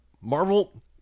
Marvel